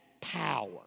power